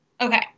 Okay